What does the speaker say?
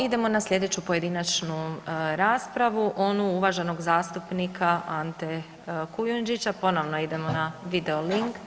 Idemo na slijedeću pojedinačnu raspravu, onu uvaženog zastupnika Ante Kujundžića, ponovno idemo na video link, izvolite.